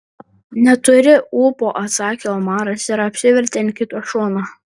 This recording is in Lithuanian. neturiu ūpo atsakė omaras ir apsivertė ant kito šono